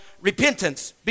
repentance